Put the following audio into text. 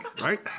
right